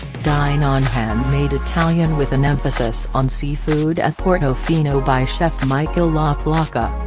dine on handmade italian with an emphasis on seafood at portofino by chef michael laplaca.